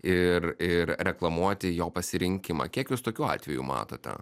ir ir reklamuoti jo pasirinkimą kiek jūs tokiu atveju matote